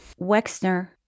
Wexner